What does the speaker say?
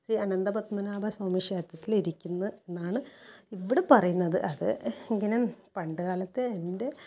അനന്തപത്മനാഭൻ സ്വാമിക്ഷേത്രത്തിലിരിക്കുന്ന എന്നാണ് ഇവിടെ പറയുന്നത് അത് ഇങ്ങനെ പണ്ട് കാലത്ത് എൻ്റെ